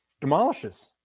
demolishes